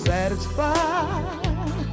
Satisfied